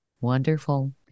Wonderful